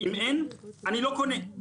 אם אין אני לא קונה.